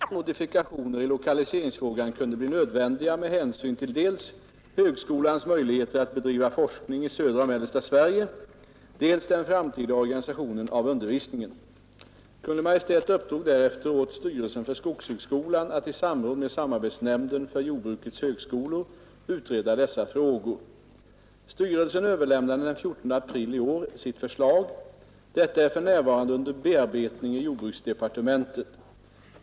Herr talman! Herr Tobé har frågat vilka åtgärder jag avser att vidta för att åstadkomma den av skogshögskolans styrelse och samarbetsnämnden för jordbrukets högskolor föreslagna integrationen mellan skogshögskolan och lantbrukshögskolan. 1971 års riksdag beslöt att skogshögskolan skulle förläggas till Umeå. I samband med riksdagsbehandlingen anförde inrikesutskottet att modifikationer i lokaliseringsfrågan kunde bli nödvändiga med hänsyn till dels högskolans möjligheter att bedriva forskning i södra och mellersta Sverige, dels den framtida organisationen av undervisningen. Kungl. Maj:t uppdrog därefter åt styrelsen för skogshögskolan att i samråd med samarbetsnämnden för jordbrukets högskolor utreda dessa frågor. Styrelsen överlämnade den 14 april i år sitt förslag. Detta är för närvarande under bearbetning i jordbruksdepartementet.